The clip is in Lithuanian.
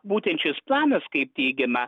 būtent šis planas kaip teigiama